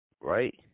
right